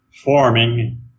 forming